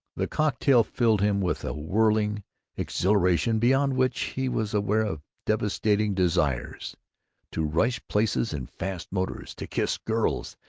the cocktail filled him with a whirling exhilaration behind which he was aware of devastating desires to rush places in fast motors, to kiss girls,